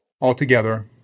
altogether